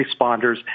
responders